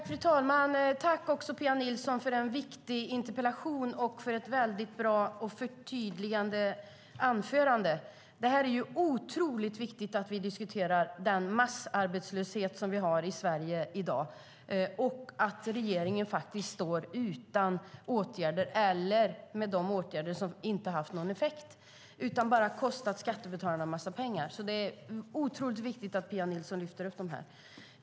Fru talman! Tack för en viktig interpellation och ett mycket bra och förtydligande anförande, Pia Nilsson! Det är otroligt viktigt att vi diskuterar den massarbetslöshet som vi har i Sverige i dag. Regeringen står faktiskt utan åtgärder eller har vidtagit åtgärder som inte har någon effekt utan bara kostar skattebetalarna en massa pengar. Det är otroligt viktigt att Pia Nilsson lyfter upp detta.